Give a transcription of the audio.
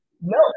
No